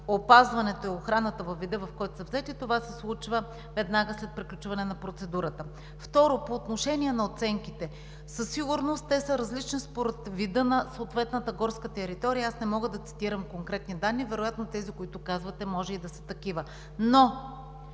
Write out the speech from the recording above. опазването и охраната във вида, в който са взети, това се случва веднага след приключване на процедурата. Второ, по отношение на оценките. Със сигурност те са различни според вида на съответната горска територия. Аз не мога да цитирам конкретни данни. Вероятно тези, които казвате, може и да са такива, но